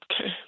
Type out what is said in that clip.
Okay